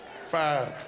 five